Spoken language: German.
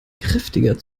kräftiger